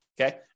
okay